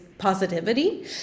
positivity